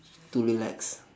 to relax